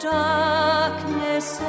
darkness